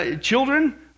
Children